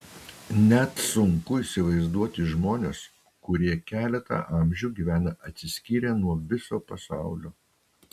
net sunku įsivaizduoti žmones kurie keletą amžių gyvena atsiskyrę nuo viso pasaulio